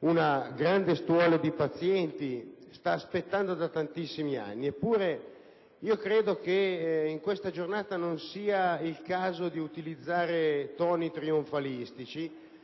un grande stuolo di pazienti stanno aspettando da tantissimi anni; eppure credo che in questa giornata non sia il caso di utilizzare toni trionfalistici,